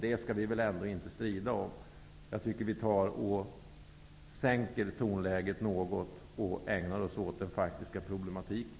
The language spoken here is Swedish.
Därför skall vi väl inte strida om detta. Jag tycker att vi skall sänka tonläget något och ägna oss åt den faktiska problematiken.